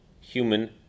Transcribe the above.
human